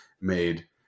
made